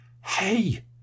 hey